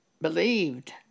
believed